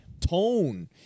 tone